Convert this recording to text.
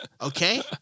Okay